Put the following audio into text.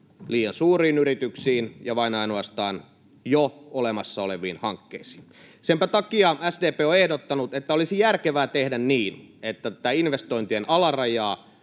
liian suuriin yrityksiin ja ainoastaan vain jo olemassa oleviin hankkeisiin. Senpä takia SDP on ehdottanut, että olisi järkevää tehdä niin, että tätä investointien alarajaa